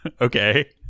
okay